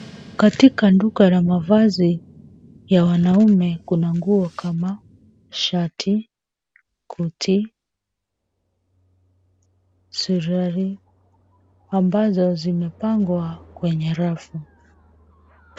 Katika duka la mavazi ya wanaume, kuna nguo kama; shati, koti, suruali, ambazo zimepangwa kwenye rafu.